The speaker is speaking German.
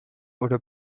oder